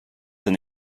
d’un